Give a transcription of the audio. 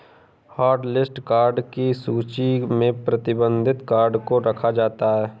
hotlist card की सूची में प्रतिबंधित कार्ड को रखा जाता है